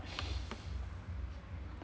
um